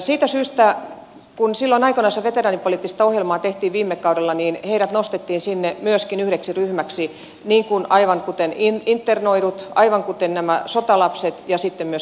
siitä syystä kun silloin aikoinaan veteraanipoliittista ohjelmaa tehtiin viime kaudella heidät nostettiin sinne myöskin yhdeksi ryhmäksi aivan kuten internoidut aivan kuten nämä sotalapset ja sitten myöskin sotaorvot